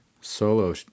solo